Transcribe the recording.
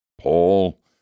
Paul